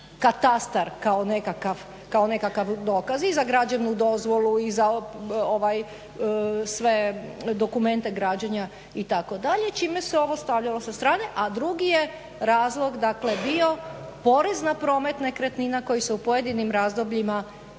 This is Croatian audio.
katastar kao nekakav dokaz i za građevnu dozvolu i za sve dokumente građenja itd. čime se ovo stavljalo sa strane, a drugi je razlog dakle bio porez na promet nekretnina koji se u pojedinim razdobljima